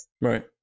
Right